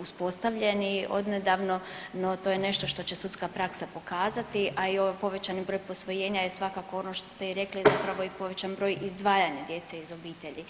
uspostavljeni odnedavno, no to je nešto što će sudska praksa pokazati, a i ovaj povećani broj posvojenja je svakako ono što i rekli zapravo i povećan broj izdvajanja djece iz obitelji.